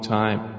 time